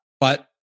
but-